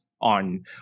on